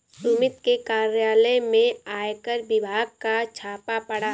सुमित के कार्यालय में आयकर विभाग का छापा पड़ा